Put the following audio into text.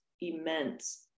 immense